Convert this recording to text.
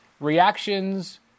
Reactions